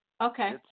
Okay